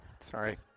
Sorry